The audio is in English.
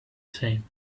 same